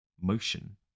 motion